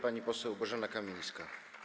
Pani poseł Bożena Kamińska.